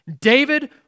David